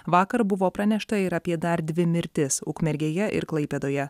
vakar buvo pranešta ir apie dar dvi mirtis ukmergėje ir klaipėdoje